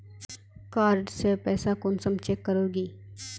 Card से पैसा कुंसम चेक करोगी?